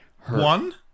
One